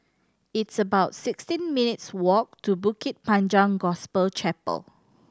it's about sixteen minutes' walk to Bukit Panjang Gospel Chapel